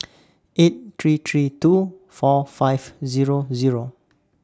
eight three three two four five Zero Zero